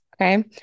Okay